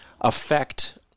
affect